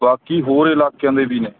ਬਾਕੀ ਹੋਰ ਇਲਾਕਿਆਂ ਦੇ ਵੀ ਨੇ